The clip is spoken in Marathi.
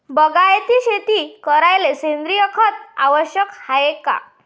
बागायती शेती करायले सेंद्रिय खत आवश्यक हाये का?